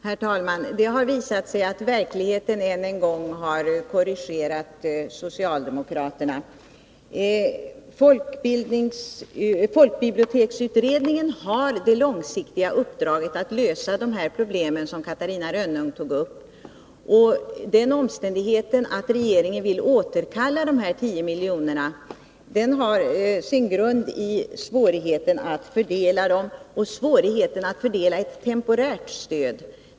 Herr talman! Det har visat sig att verkligheten ännu en gång har korrigerat socialdemokraterna. Folkbiblioteksutredningen har det långsiktiga uppdraget att lösa de problem som Catarina Rönnung tog upp. Den omständigheten att regeringen vill återkalla de 10 miljonerna har sin grund i svårigheten att fördela dessa och svårigheten att fördela ett temporärt stöd.